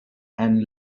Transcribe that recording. and